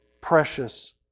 precious